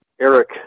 Eric